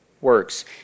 works